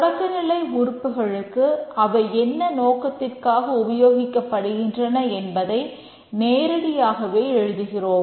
தொடக்கநிலை உறுப்புகளுக்கு அவை என்ன நோக்கத்திற்காக உபயோகிக்கப்படுகின்றன என்பதை நேரடியாகவே எழுதுகிறோம்